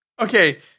Okay